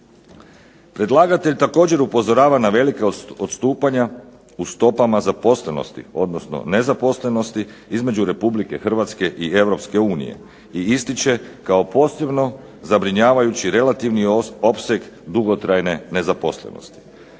Predlagatelj također upozorava na velika odstupanja u stopama zaposlenosti odnosno nezaposlenosti između Republike Hrvatske i Europske unije i ističe kao posebno zabrinjavajući relativni opseg dugotrajne nezaposlenosti.